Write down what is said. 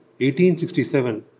1867